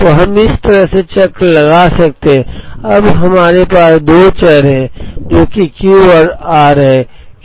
तो हम इस तरह से चक्र लगा सकते हैं अब हमारे पास दो चर हैं जो किQ और r हैं